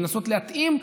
ולנסות להתאים,